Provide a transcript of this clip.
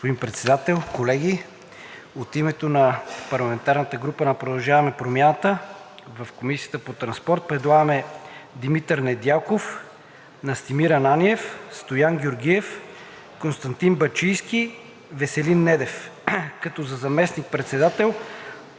Господин Председател, колеги! От името на парламентарната група на „Продължаваме Промяната“ в Комисията по транспорт предлагаме Димитър Недялков, Настимир Ананиев, Стоян Георгиев, Константин Бачийски, Веселин Недев, като за заместник-председател